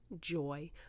joy